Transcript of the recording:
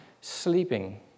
sleeping